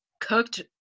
cooked